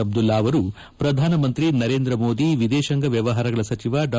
ಅಬ್ದುಲ್ಲಾ ಅವರು ಪ್ರಧಾನಮಂತ್ರಿ ನರೇಂದ ಮೋದಿ ವಿದೇಶಾಂಗ ವ್ಯವಹಾರಗಳ ಸಚಿವ ಡಾ